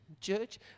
church